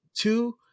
two